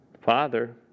Father